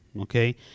okay